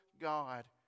God